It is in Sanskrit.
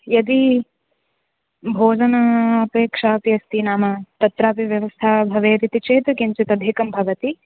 यदि भोजनापेक्षा अपि अस्ति नाम तत्रापि व्यवस्था भवेदिति चेत् किञ्चिदधिकं भवति